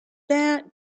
that